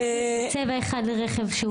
צבע אחד לרכב עם מעלון?